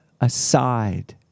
aside